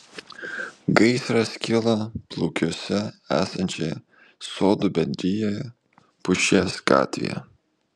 gaisras kilo plukiuose esančioje sodų bendrijoje pušies gatvėje